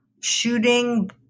shooting